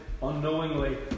unknowingly